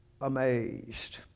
amazed